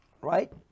Right